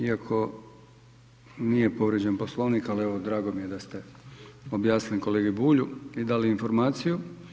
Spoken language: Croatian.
Iako nije povrijeđen Poslovnik ali evo drago mi je da ste objasnili kolegi Bulju i dali informaciju.